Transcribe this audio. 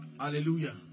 Hallelujah